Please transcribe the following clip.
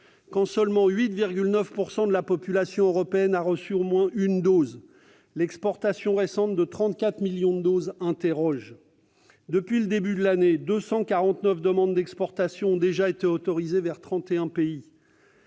8,9 % seulement de la population européenne a reçu au moins une dose, l'exportation récente de 34 millions de doses interroge. Depuis le début de l'année, 249 demandes d'exportations ont déjà été autorisées vers 31 pays.